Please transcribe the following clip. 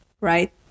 right